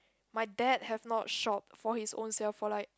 my dad have not shopped for his ownself for like